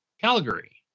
Calgary